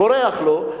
בורח לו,